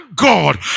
God